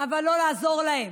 אבל לא לעזור להם.